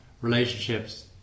relationships